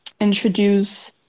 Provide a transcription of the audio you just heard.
introduce